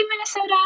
Minnesota